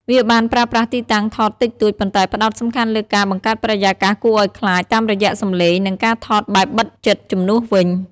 វាបានប្រើប្រាស់ទីតាំងថតតិចតួច ប៉ុន្តែផ្តោតសំខាន់លើការបង្កើតបរិយាកាសគួរឲ្យខ្លាចតាមរយៈសំឡេង និងការថតបែបបិទជិតជំនួសវិញ។